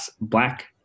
black